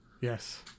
yes